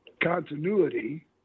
continuity